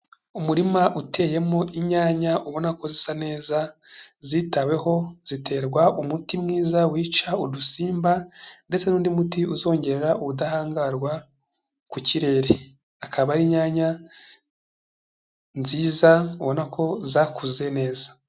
Umurima uteyemo inyanya ubona ko zisa neza, zitaweho ziterwa umuti mwiza wica udusimba, ndetse n'undi muti uzongerare ubudahangarwa ku kirere. Akaba ari inyanya nziza ubona ko zakuze neza.